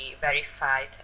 verified